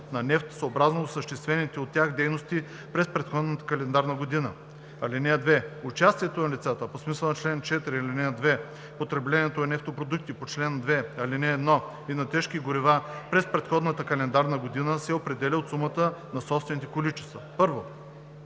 на нефт съобразно осъществените от тях дейности през предходната календарна година. (2) Участието на лицата по смисъла на чл. 4, ал. 2 в потреблението на нефтопродукти по чл. 2, ал. 1 и на тежки горива през предходната календарна година се определя от сумата на собствените количества: 1.